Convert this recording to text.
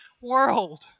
world